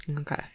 Okay